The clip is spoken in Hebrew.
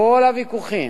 כל הוויכוחים,